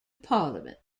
parliament